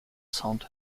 sound